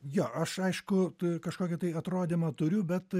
jo aš aišku tu kažkokį tai atrodymą turiu bet